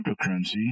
cryptocurrency